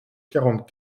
quarante